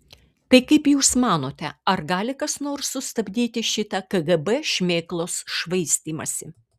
tai kaip jūs manote ar gali kas nors sustabdyti šitą kgb šmėklos švaistymąsi